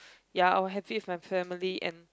ya I will have it with my family and